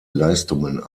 leistungen